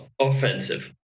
offensive